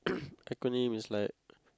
acronym is like